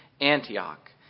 Antioch